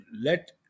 let